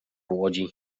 łodzi